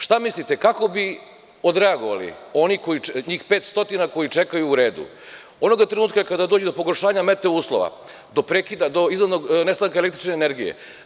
Šta mislite, kako bi odreagovali njih 500 koji čekaju u redu onoga trenutka kada dođe do pogoršanja metero uslova, do prekida, do iznenadnog nestanka električne energije?